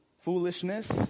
foolishness